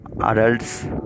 adults